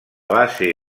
base